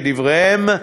כדבריהם,